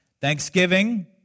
Thanksgiving